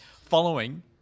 Following